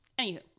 Anywho